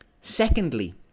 Secondly